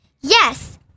Yes